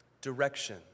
direction